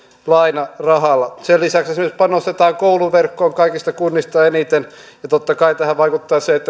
lainarahalla ja sen lisäksi esimerkiksi panostetaan kouluverkkoon kaikista kunnista eniten ja totta kai tähän vaikuttaa se että